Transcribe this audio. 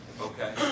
Okay